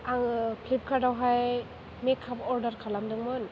आङो फ्लिपकार्टावहाय makeup order खालामदोंमोन